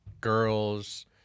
girls